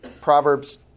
Proverbs